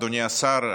אדוני השר,